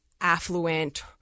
affluent